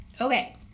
okay